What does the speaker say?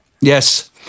yes